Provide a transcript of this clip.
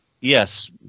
Yes